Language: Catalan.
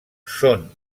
són